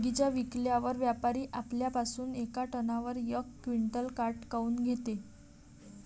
बगीचा विकल्यावर व्यापारी आपल्या पासुन येका टनावर यक क्विंटल काट काऊन घेते?